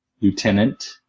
lieutenant